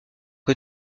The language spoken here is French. que